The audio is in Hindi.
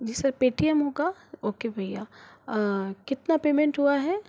जी सर पेटीएम होगा ओके भय्या कितना पेमेंट हुआ है